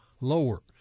lower